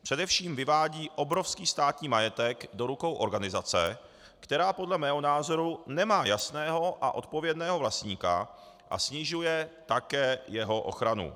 Především vyvádí obrovský státní majetek do rukou organizace, která podle mého názoru nemá jasného a odpovědného vlastníka, a snižuje také jeho ochranu.